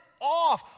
off